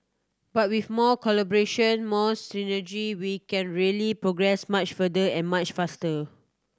but with more collaboration more synergy we can really progress much further and much faster